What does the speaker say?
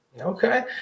Okay